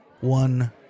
One